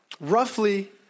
Roughly